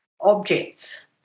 objects